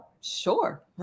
sure